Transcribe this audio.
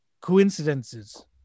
coincidences